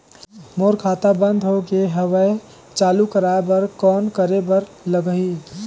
मोर खाता बंद हो गे हवय चालू कराय बर कौन करे बर लगही?